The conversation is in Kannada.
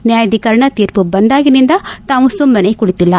ನ್ನಾಯಾಧೀಕರಣ ತೀರ್ಪು ಬಂದಾಗಿನಿಂದ ತಾವು ಸುಮ್ನನ ಕುಳಿತಿಲ್ಲ